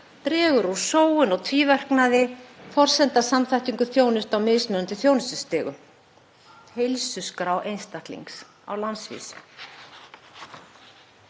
dregur úr sóun og tvíverknaði, er forsenda samþættingar þjónustu á mismunandi þjónustustigum; heilsuskrá einstaklings á landsvísu.